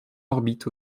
orbite